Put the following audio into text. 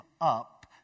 up